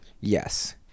Yes